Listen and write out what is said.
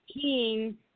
king